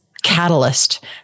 catalyst